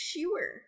Sure